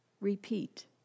Repeat